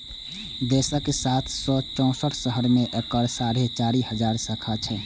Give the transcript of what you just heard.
देशक सात सय चौंसठ शहर मे एकर साढ़े चारि हजार शाखा छै